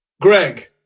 Greg